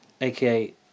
AKA